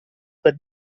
per